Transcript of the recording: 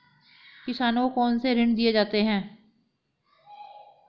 किसानों को कौन से ऋण दिए जाते हैं?